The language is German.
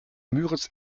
müritz